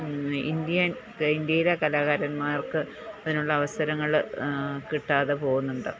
Indian ഇന്ത്യയിലെ കലാകാരന്മാർക്ക് അതിനുള്ള അവസരങ്ങൾ കിട്ടാതെ പോകുന്നുണ്ട്